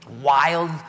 wild